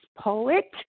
Poet